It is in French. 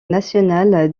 national